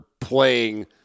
playing